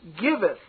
giveth